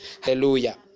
Hallelujah